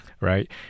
Right